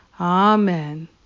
Amen